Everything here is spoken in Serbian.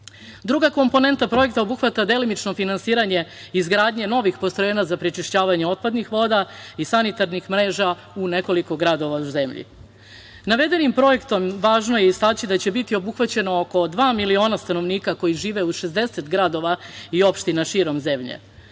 Druga komponenta projekta obuhvata delimično finansiranje izgradnje novih postrojenja za prečišćavanje otpadnih voda i sanitarnih mreža u nekoliko gradova u zemlji. Navedenim projektom važno je istaći da će biti obuhvaćeno oko dva miliona stanovnika koji žive u 60 gradova i opština širom zemlje. Okvirni